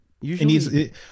usually